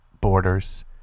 borders